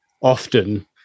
often